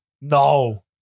No